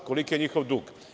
Koliki je njihov dug?